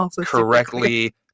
correctly